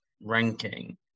ranking